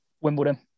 Wimbledon